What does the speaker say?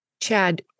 Chad